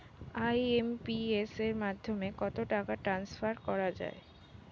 IMPS এর মাধ্যমে কত টাকা ট্রান্সফার করা যায়?